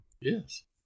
Yes